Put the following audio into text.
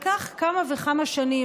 זה לקח כמה וכמה שנים.